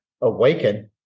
Awaken